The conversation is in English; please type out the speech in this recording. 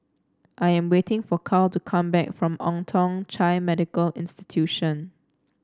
I am waiting for Carl to come back from Old Thong Chai Medical Institution